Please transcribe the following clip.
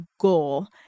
goal